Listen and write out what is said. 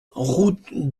route